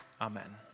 Amen